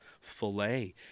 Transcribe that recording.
filet